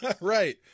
Right